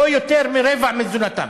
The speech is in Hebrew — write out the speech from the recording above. לא יותר מרבע מתזונתם.